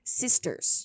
sisters